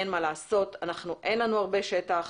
אין מה לעשות, אין לנו הרבה שטח.